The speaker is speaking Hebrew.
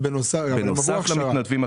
בנוסף למתנדבים.